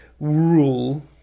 Rule